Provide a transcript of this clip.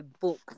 book